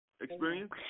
experience